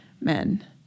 men